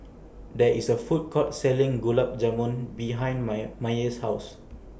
There IS A Food Court Selling Gulab Jamun behind May Maye's House